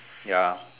ya